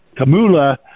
Kamula